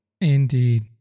indeed